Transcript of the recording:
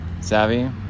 Savvy